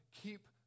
keep